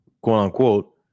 quote-unquote